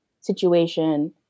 situation